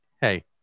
hey